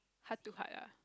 heart to heart ah